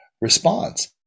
response